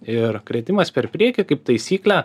ir kritimas per priekį kaip taisyklė